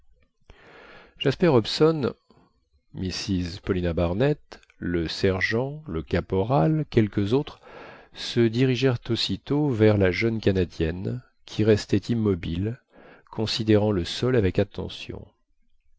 jasper hobson mrs paulina barnett le sergent le caporal quelques autres se dirigèrent aussitôt vers la jeune canadienne qui restait immobile considérant le sol avec attention